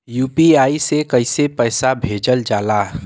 UPI से कइसे पैसा भेजल जाला?